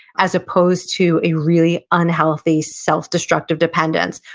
as opposed to a really unhealthy, self-destructive dependence,